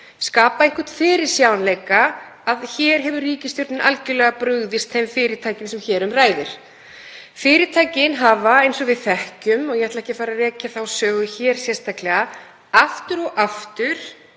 og einhvern fyrirsjáanleika þá hefur ríkisstjórnin algerlega brugðist þeim fyrirtækjum sem hér um ræðir. Fyrirtækin hafa eins og við þekkjum, og ég ætla ekki að fara að rekja þá sögu hér sérstaklega, aftur og aftur